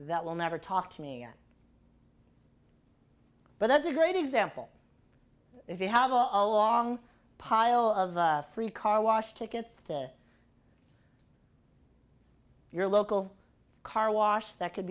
that will never talk to me but that's a great example if you have all along a pile of free car wash tickets to your local car wash that could